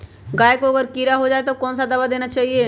गाय को अगर कीड़ा हो जाय तो कौन सा दवा देना चाहिए?